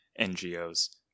NGOs